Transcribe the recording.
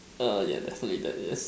err yeah there's only that yes